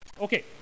Okay